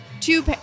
two